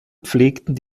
pflegten